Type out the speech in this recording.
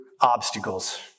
obstacles